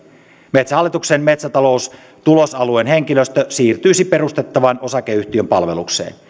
metsähallituksen metsätaloustulosalueen henkilöstö siirtyisi perustettavan osakeyhtiön palvelukseen